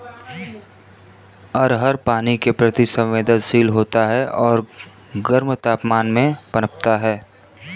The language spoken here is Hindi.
अरहर पानी के प्रति संवेदनशील होता है और गर्म तापमान में पनपता है